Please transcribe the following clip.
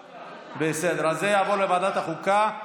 בסדר, אז זה יעבור לוועדת החוקה.